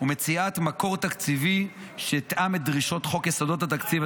ומציאת מקור תקציבי שיתאם את דרישות חוק יסודות התקציב,